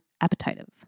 appetitive